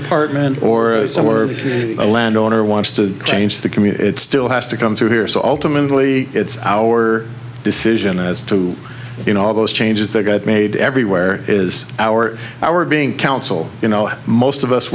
department or somewhere or a landowner wants to change the community it's still has to come through here so ultimately it's our decision as to you know all those changes they got made everywhere is our our being council you know most of us